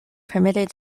permitted